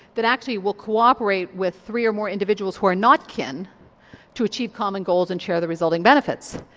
that actually will cooperate with three or more individuals who are not kin to achieve common goals and share the resulting benefits.